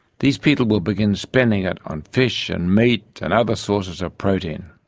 these people will begin spending it on fish and meat and other sources of protein.